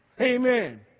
Amen